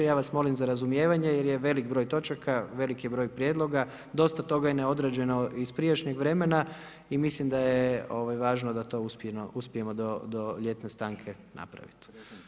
Ja vas molim za razumijevanje, jer je veliki broj točaka, veliki broj prijedloga, dosta toga je neodrađeno iz prijašnjeg vremena i mislim da je važno da to uspijemo, ako uspijemo do ljetne stanke napraviti.